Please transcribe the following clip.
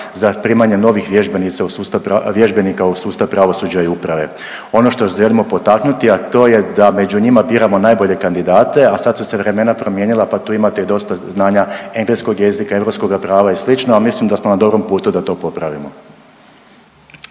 za primanje novih vježbenika u sustav pravosuđa i uprave. Ono što želimo potaknuti, a to je da među njima biramo najbolje kandidate, a sad su se vremena promijenila pa tu imate i dosta znanja engleskog jezika, europskog prava i sl., a mislim da smo na dobrom putu da to popravimo.